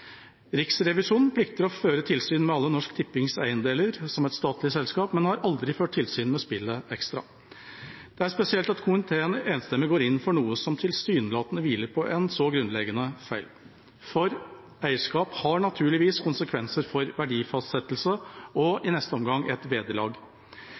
Riksrevisjonen plikter å føre tilsyn med alle Norsk Tippings eiendeler som et statlig selskap, men har aldri ført tilsyn med spillet Extra. Det er spesielt at komiteen enstemmig går inn for noe som tilsynelatende hviler på en så grunnleggende feil, for eierskap har naturligvis konsekvenser for verdifastsettelse og i neste omgang et vederlag.